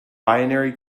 binary